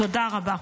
תודה רבה.